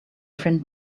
friend